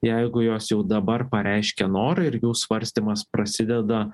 jeigu jos jau dabar pareiškė norą ir jų svarstymas prasideda